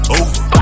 over